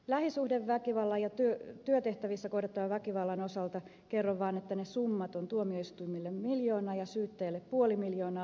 lähisuhdeväkivallan ja työtehtävissä kohdattavan väkivallan osalta kerron vaan että ne summat ovat tuomioistuimille miljoona ja syyttäjälle puoli miljoonaa